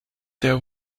there